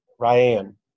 Ryan